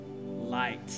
light